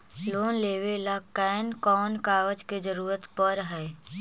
Loan लेबे ल कैन कौन कागज के जरुरत पड़ है?